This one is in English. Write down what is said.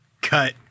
Cut